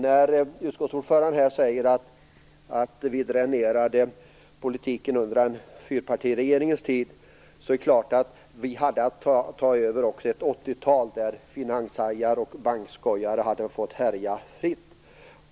När utskottsordföranden här säger att vi dränerade politiken under fyrpartiregeringens tid vill jag säga att vi hade att ta över efter ett 80-tal där finanshajar och bankskojare hade fått härja fritt.